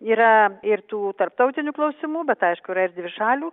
yra ir tų tarptautinių klausimų bet aišku yra ir dvišalių